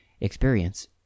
experience